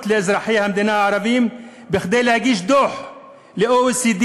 לאזרחי המדינה הערבים כדי להגיש דוח ל-OECD,